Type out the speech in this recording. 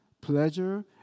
pleasure